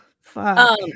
fuck